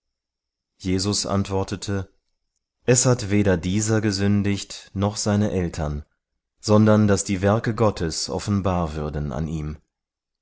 jesus antwortete es hat weder dieser gesündigt noch seine eltern sondern daß die werke gottes offenbar würden an ihm